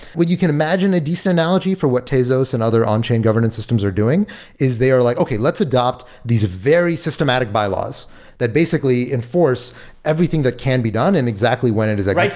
you can imagine a decent analogy for what tezos and other onchain governance systems are doing is they are like, okay, let's adapt these very systematic bylaws that basically enforce everything that can be done and exactly when it is like like